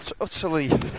utterly